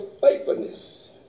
faithfulness